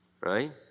Right